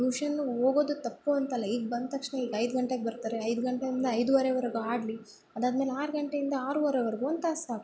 ಟ್ಯೂಷನ್ಗೆ ಹೋಗೋದು ತಪ್ಪು ಅಂತ ಅಲ್ಲ ಈಗ ಬಂದ ತಕ್ಷಣ ಈಗ ಐದು ಗಂಟೆಗೆ ಬರ್ತಾರೆ ಐದು ಗಂಟೆಯಿಂದ ಐದೂವರೆವರೆಗೂ ಆಡಲಿ ಅದಾದಮೇಲೆ ಆರು ಗಂಟೆಯಿಂದ ಆರೂವರೆವರೆಗೂ ಒಂದು ತಾಸು ಸಾಕು